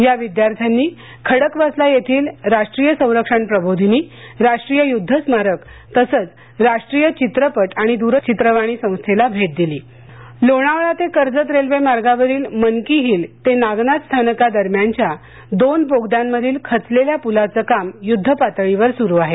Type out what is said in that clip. या विद्यार्थ्यांनी खडकवासला येथील राष्ट्रीय संरक्षण प्रबोधिनी राष्ट्रीय युद्ध स्मारक तसंच राष्ट्रीय चित्रप लोणावळा ते कर्जत रेल्वे मार्गावरील मंकी हिल ते नागनाथ स्थानका दरम्यानच्या दोन बोगद्यांमधील खचलेल्या पूलाचं काम यूद्ध पातळीवर स्रु आहे